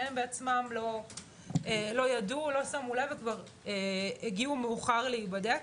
הם בעצמם לא ידעו ולא שמו לב והגיעו מאוחר להיבדק.